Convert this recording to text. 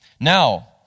Now